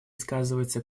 сказывается